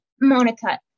Monica